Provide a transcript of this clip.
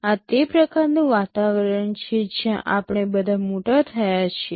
આ તે પ્રકારનું વાતાવરણ છે જ્યાં આપણે બધા મોટા થયા છીએ